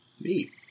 Neat